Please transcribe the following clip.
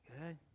Good